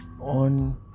on